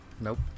Nope